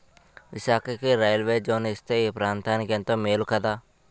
విశాఖకి railway zone ఇస్తే ఈ ప్రాంతనికెంతో మేలు కదా